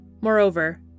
Moreover